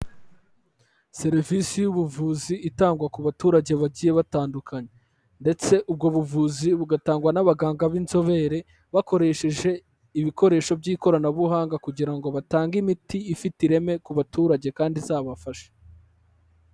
Serivisi y'ubuvuzi itangwa ku baturage bagiye batandukanye ndetse ubwo buvuzi bugatangwa n'abaganga b'inzobere, bakoresheje ibikoresho by'ikoranabuhanga kugira ngo batange imiti ifite ireme ku baturage kandi izabafasha.